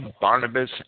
Barnabas